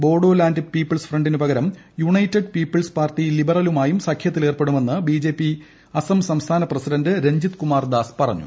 Bodoland people's ഫ്രണ്ടിനു പകരം united people's party ലിബറലുമായും സഖ്യത്തിലേർപ്പെടുമെന്ന് ബ്രീട്ട്ടെപി സംസ്ഥാന പ്രസിഡന്റ് രഞ്ജിത് കുമാർ ദാസ് പറഞ്ഞു